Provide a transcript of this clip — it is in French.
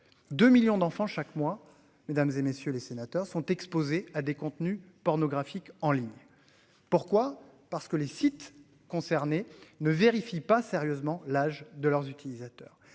de millions d'enfants chaque mois. Mesdames, et messieurs les sénateurs sont exposés à des contenus pornographiques en ligne. Pourquoi, parce que les sites concernés ne vérifie pas sérieusement l'âge de leurs utilisateurs.